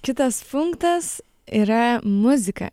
kitas punktas yra muzika